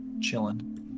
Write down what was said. chilling